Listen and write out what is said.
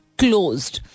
closed